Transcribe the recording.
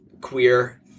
queer